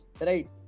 right